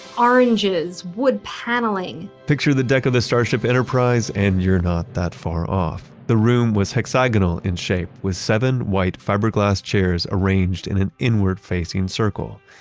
oranges, wood paneling, picture of the deck of the starship enterprise, and you're not that far off. the room was hexagonal in shape with seven white fiberglass chairs arranged in an inward-facing circle.